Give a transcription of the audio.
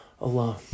alone